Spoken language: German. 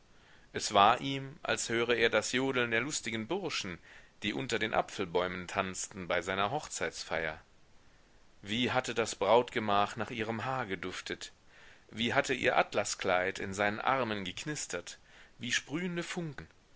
es war ihm als höre er das jodeln der lustigen burschen die unter den apfelbäumen tanzten bei seiner hochzeitsfeier wie hatte das brautgemach nach ihrem haar geduftet wie hatte ihr atlaskleid in seinen armen geknistert wie sprühende funken